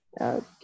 Okay